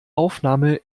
aufnahme